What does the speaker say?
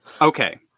Okay